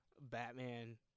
Batman